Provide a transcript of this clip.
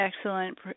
excellent